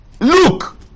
look